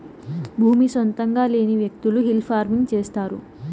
భూమి సొంతంగా లేని వ్యకులు హిల్ ఫార్మింగ్ చేస్తారు